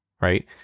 right